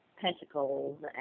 pentacles